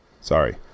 Sorry